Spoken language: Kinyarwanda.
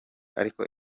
ariko